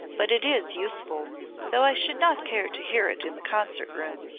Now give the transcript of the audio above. but it is useful though i should not care to hear it in the concert room.